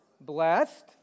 blessed